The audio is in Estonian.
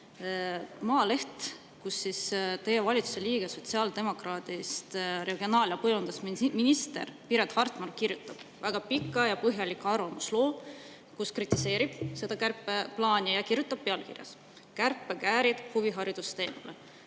vaatan, et teie valitsuse liige, sotsiaaldemokraadist regionaal- ja põllumajandusminister Piret Hartman on kirjutanud väga pika ja põhjaliku arvamusloo, kus kritiseerib seda kärpeplaani ja kirjutab pealkirjas "Kärpekäärid huviharidusest